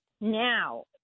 now